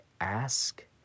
ask